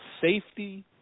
safety